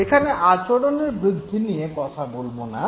এখানে আচরণের বৃদ্ধি নিয়ে কথা বলব না